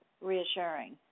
reassuring